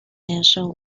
mansion